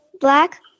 black